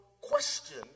question